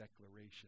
declaration